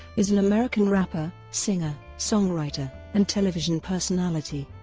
is an american rapper, singer, songwriter, and television personality.